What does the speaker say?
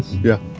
yeah,